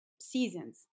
seasons